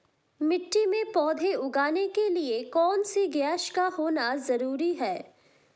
मिट्टी में पौधे उगाने के लिए कौन सी गैस का होना जरूरी है?